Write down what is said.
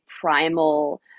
primal